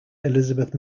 elizabeth